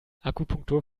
akupunktur